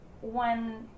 one